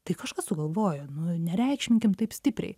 tai kažkas sugalvojo nu nereikšminkim taip stipriai